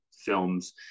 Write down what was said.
films